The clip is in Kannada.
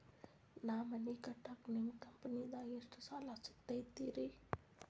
ನಾ ಮನಿ ಕಟ್ಟಾಕ ನಿಮ್ಮ ಕಂಪನಿದಾಗ ಎಷ್ಟ ಸಾಲ ಸಿಗತೈತ್ರಿ?